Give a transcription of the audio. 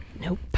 Nope